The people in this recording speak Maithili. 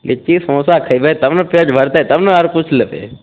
लिट्टी समोसा खयबै तब ने पेट भरतै तब ने आर कुछ लेतै